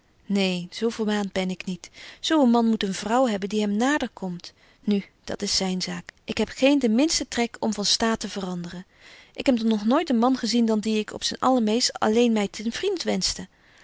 neen zo verwaant ben ik niet zo een man moet een vrouw hebben die hem nader komt nu dat is zyn zaak ik heb geen den minsten trek om van staat te veranderen ik heb nog nooit een man gezien dan die ik op zyn allermeest alleen my ten vriend wenschte